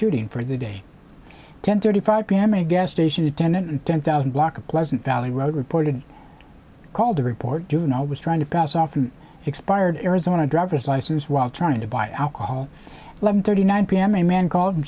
shooting for the day ten thirty five pm a gas station attendant ten thousand block of pleasant valley road reported called to report given i was trying to pass off an expired arizona driver's license while trying to buy alcohol eleven thirty nine p m a man called